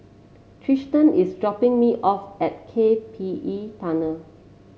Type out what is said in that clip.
Tristen is dropping me off at K P E Tunnel